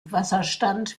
wasserstand